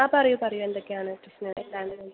ആ പറയൂ പറയൂ എന്തൊക്കെയാണ് പ്രശ്നം എന്താണ്